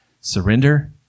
Surrender